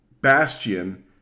bastion